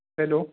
hello